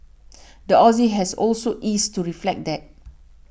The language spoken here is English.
the Aussie has also eased to reflect that